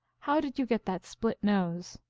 how did you get that split nose?